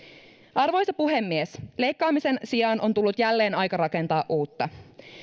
arvoisa puhemies leikkaamisen sijaan on tullut jälleen aika rakentaa uutta